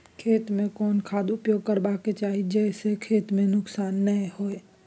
खेत में कोन खाद उपयोग करबा के चाही जे स खेत में नुकसान नैय होय?